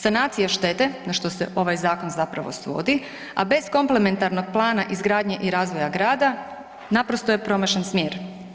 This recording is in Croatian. Sanacija štete, na što se ovaj zakon zapravo svodi, a bez komplementarnog plana izgradnje i razvoja grada naprosto je promašen smjer.